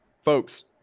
folks